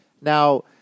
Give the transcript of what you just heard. Now